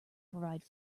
provide